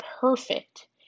perfect